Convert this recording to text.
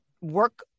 work